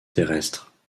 terrestre